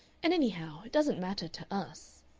and, anyhow, it doesn't matter to us.